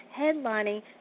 headlining